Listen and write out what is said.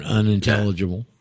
unintelligible